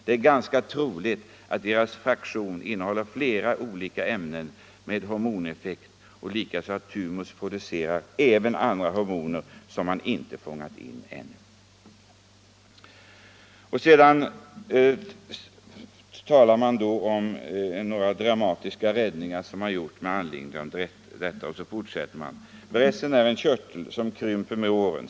Det är ganska troligt att deras ”fraktion” innehåller flera olika ämnen med hormoneffekt, och likaså att thymus producerar även andra hormoner som man inte fångat in ännu.” Sedan talar man om några dramatiska räddningar som har gjorts med anledning av detta och fortsätter: ”Brässen är en körtel som krymper med åren.